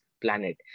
planet